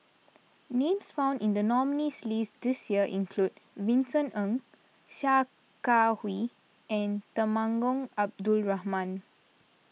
names found in the nominees' list this year include Vincent Ng Sia Kah Hui and Temenggong Abdul Rahman